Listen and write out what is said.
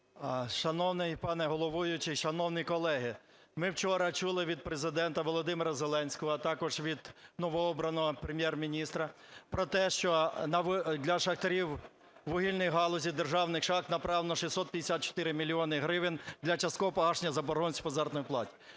Шановний пане головуючий, шановні колеги! Ми вчора чули від Президента Володимира Зеленського, а також від новообраного Прем'єр-міністра про те, що для шахтарів вугільної галузі державних шахт направлено 654 мільйони гривень для часткового погашення заборгованості по заробітній платі.